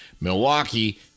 milwaukee